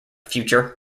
future